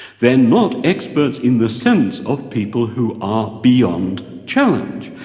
they're not experts in the sense of people who are beyond challenge.